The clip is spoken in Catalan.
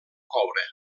coure